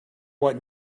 what